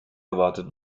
gewartet